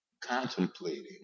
contemplating